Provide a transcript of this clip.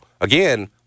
Again